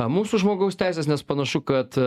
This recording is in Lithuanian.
mūsų žmogaus teisės nes panašu kad